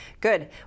Good